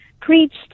preached